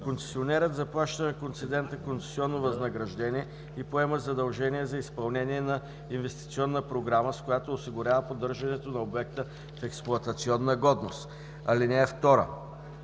Концесионерът заплаща на концедента концесионно възнаграждение и поема задължение за изпълнение на инвестиционна програма, с която осигурява поддържането на обекта в експлоатационна годност. (2)